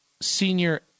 senior